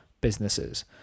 businesses